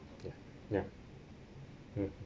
ya ya mm